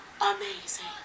amazing